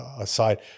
aside